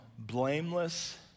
blameless